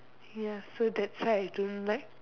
ya so that's why I don't like